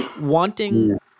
wanting